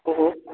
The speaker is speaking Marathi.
हं हं